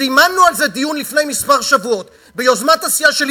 זימנו על זה דיון לפני כמה שבועות ביוזמת הסיעה שלי,